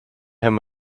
him